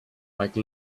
like